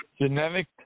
Genetic